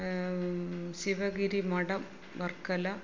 ശിവഗിരി മഠം വർക്കല